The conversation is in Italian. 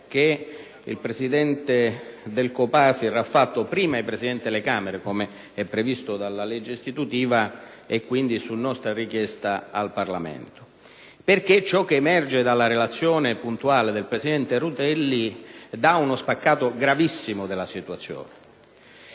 il Presidente del COPASIR ha presentato, prima ai Presidenti delle Camere, come previsto dalla legge istitutiva, e quindi, su nostra richiesta, al Parlamento. Ciò che emerge dalla relazione puntuale del presidente Rutelli dà uno spaccato gravissimo della situazione.